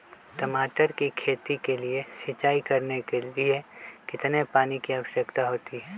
टमाटर की खेती के लिए सिंचाई करने के लिए कितने पानी की आवश्यकता होती है?